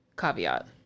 caveat